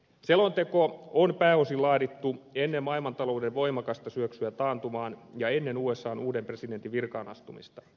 selonteko on pääosin laadittu ennen maailmantalouden voimakasta syöksyä taantumaan ja ennen usan uuden presidentin virkaanastumista